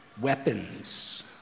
weapons